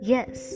Yes